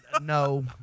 No